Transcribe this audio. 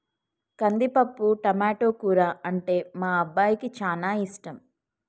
కందిపప్పు టమాటో కూర అంటే మా అబ్బాయికి చానా ఇష్టం